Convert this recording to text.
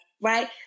right